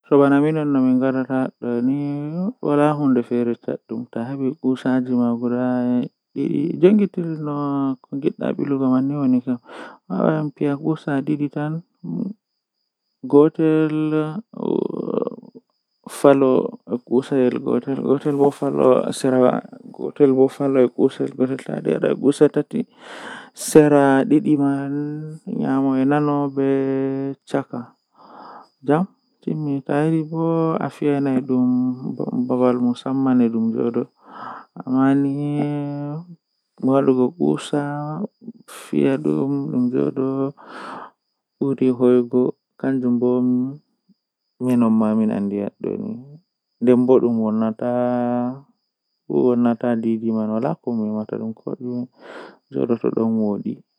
Mi heban ndiyam burdi be omo mi nasta mi vuuwa bawo vuuwi mi wadda ndiyam mi loota dum laata laabi masin.